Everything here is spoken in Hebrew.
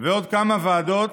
בהסכמה ועוד כמה ועדות,